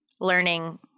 learning